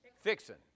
fixing